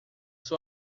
sou